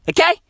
okay